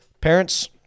parents